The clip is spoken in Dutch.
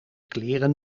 kleren